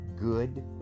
good